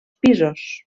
pisos